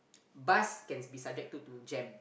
bus can be subjected to jam